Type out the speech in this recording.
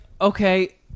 okay